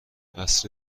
عصر